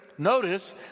Notice